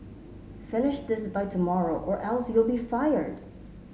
finish this by tomorrow or else you'll be fired